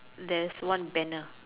there's one banner